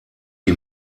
die